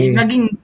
naging